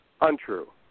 Untrue